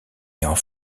ayant